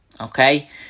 okay